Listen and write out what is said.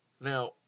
Now